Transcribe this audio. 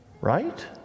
right